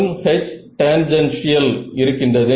மற்றும் H tangential இருக்கின்றது